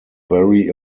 very